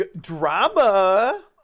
Drama